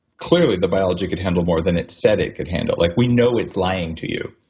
clearly the biology could handle more than it's said it could handle. like we know it's lying to you.